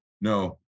No